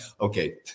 okay